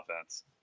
offense